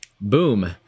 Boom